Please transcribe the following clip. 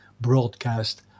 broadcast